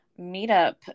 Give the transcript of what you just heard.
meetup